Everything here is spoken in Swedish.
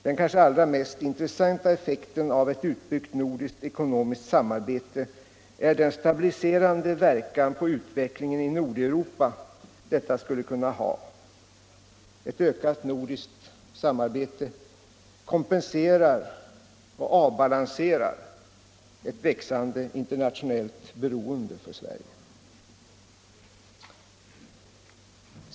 Den kanske allra mest intressanta effekten av ett utbyggt nordiskt ekonomiskt samarbete är den stabiliserande verkan på utvecklingen i Nordeuropa detta skulle kunna ha. Ett ökat nordiskt samarbete kompenserar och avbalanserar ett växande internationellt beroende för Sverige.